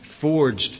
forged